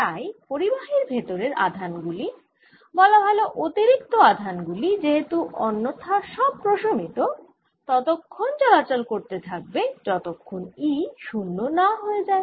তাই পরিবাহীর ভেতরের আধান গুলি বলা ভাল অতিরিক্ত আধান গুলি যেহেতু অন্যথা সব প্রশমিত ততক্ষন চলাচল করতে থাকবে যতক্ষণ E শুন্য না হয়ে যায়